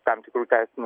tam tikrų teisinių